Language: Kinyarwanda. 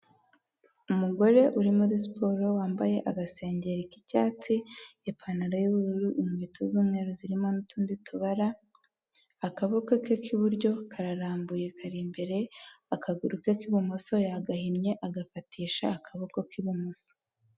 Umugore uri muri siporo wambaye agasengeri k'icyatsi, ipantaro y'bururu, inkweto z'umweru zirimo n'utundi tubara, akaboko ke k'iburyo kararambuye kari imbere, akaguru ke k'ibumoso yagahinnye agafatisha akaboko k'ibumoso.